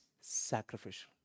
sacrificial